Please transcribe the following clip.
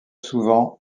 souvent